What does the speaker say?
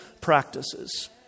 practices